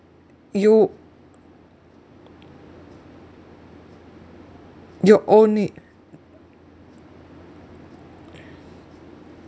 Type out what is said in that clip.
you you only